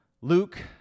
Luke